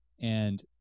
And-